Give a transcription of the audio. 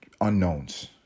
unknowns